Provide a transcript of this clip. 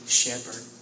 shepherd